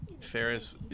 Ferris